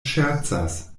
ŝercas